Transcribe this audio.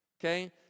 Okay